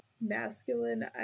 masculine